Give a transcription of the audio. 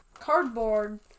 cardboard